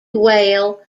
whale